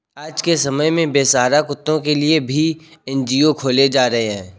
आज के समय में बेसहारा कुत्तों के लिए भी एन.जी.ओ खोले जा रहे हैं